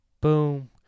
Boom